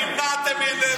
נמנענו מסגרים.